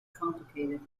complicated